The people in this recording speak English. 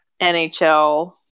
NHL